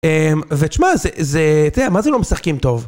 אה... ותשמע, זה... זה... תראה, מה זה לא משחקים טוב?